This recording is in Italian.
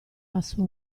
passò